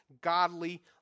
godly